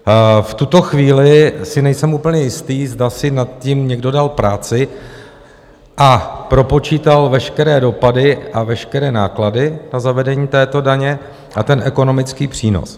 V tuto chvíli si nejsem úplně jist, zda si nad tím někdo dal práci a propočítal veškeré dopady a veškeré náklady na zavedení této daně a ten ekonomický přínos.